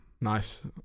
Nice